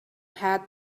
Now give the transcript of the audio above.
had